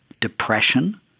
depression